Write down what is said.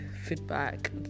feedback